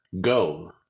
go